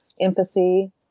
empathy